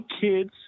kids